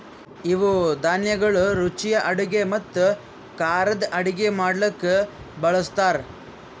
ಇವು ಧಾನ್ಯಗೊಳ್ ರುಚಿಯ ಅಡುಗೆ ಮತ್ತ ಖಾರದ್ ಅಡುಗೆ ಮಾಡ್ಲುಕ್ ಬಳ್ಸತಾರ್